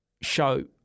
show